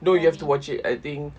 no you have to watch it I think